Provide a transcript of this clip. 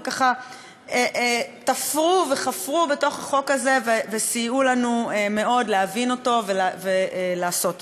וככה תפרו וחפרו בתוך החוק הזה וסייעו לנו מאוד להבין אותו ולעשות אותו.